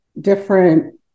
different